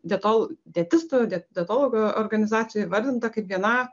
dietol dietistu dietologų organizacijų įvardinta kaip viena